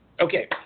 Okay